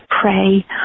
pray